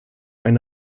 eine